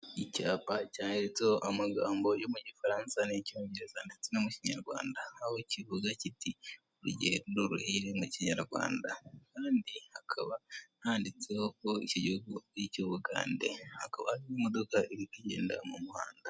Icyapa cyanditseho amagambo yo mu gifaransa n'icyongereza ndetse no mu kinyarwanda, aho kivuga kiti urugendo ruhire mu kinyarwanda, kandi hakaba handitseho ko icyo gihugu ari icy'Ubugande hakaba harimo imodoka iri ikigenda mu muhanda.